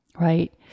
Right